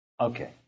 Okay